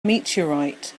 meteorite